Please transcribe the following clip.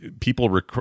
people